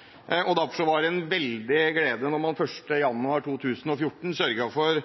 for